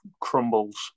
crumbles